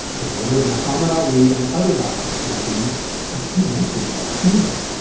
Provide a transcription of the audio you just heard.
promoter of muhammad ali and other boxing champions, not to mention that hair.